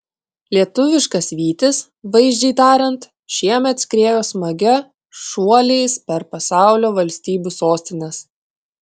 lietuviškas vytis vaizdžiai tariant šiemet skriejo smagia šuoliais per pasaulio valstybių sostines